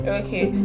okay